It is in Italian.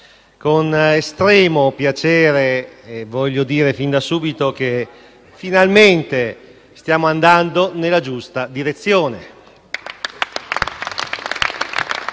con estremo piacere voglio dire fin da subito che finalmente stiamo andando nella giusta direzione.